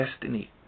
destiny